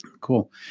cool